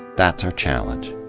that's our challenge,